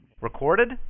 Recorded